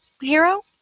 Hero